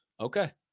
okay